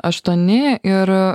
aštuoni ir